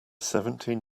seventeen